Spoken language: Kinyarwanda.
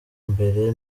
mbere